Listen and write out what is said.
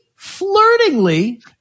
flirtingly